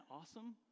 awesome